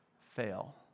fail